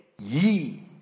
ye